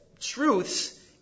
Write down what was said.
truths